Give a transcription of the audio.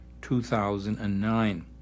2009